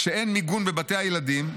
כשאין מיגון בבתי הילדים,